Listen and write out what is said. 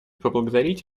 поблагодарить